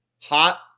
Hot